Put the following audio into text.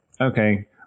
okay